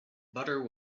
butter